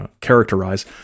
characterize